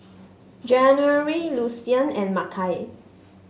January Lucien and Makai